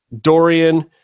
Dorian